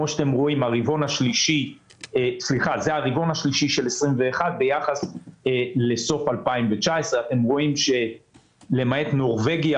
הרבעון השלישי של 2021 ביחס לסוף 2019. אתם רואים שלמעט נורבגיה